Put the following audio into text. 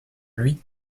lui